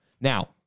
Now